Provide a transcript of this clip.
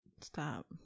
Stop